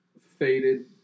faded